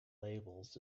labels